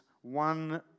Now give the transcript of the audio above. one